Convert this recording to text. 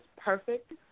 perfect